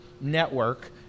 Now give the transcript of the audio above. network